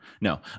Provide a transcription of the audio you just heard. No